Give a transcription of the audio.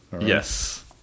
Yes